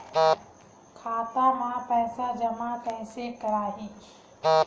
खाता म पईसा जमा कइसे करही?